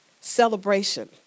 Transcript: celebration